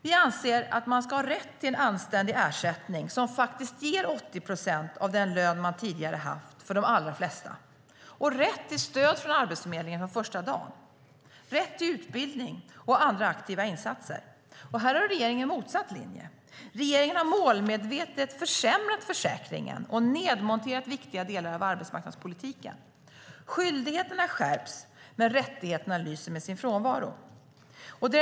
Vi anser att man ska ha rätt till en anständig ersättning som för de allra flesta faktiskt ger 80 procent av den lön som man tidigare har haft och rätt till stöd från Arbetsförmedlingen från första dagen, rätt till utbildning och andra aktiva insatser. Här har regeringen motsatt linje. Regeringen har målmedvetet försämrat försäkringen och nedmonterat viktiga delar av arbetsmarknadspolitiken. Skyldigheterna skärps, men rättigheterna lyser med sin frånvaro.